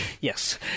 Yes